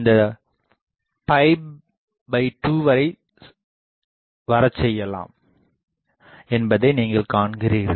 இந்த 2 வரை வரசெய்யலாம் என்பதை நீங்கள் காண்கிறீர்கள்